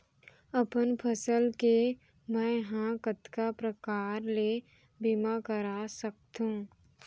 अपन फसल के मै ह कतका प्रकार ले बीमा करा सकथो?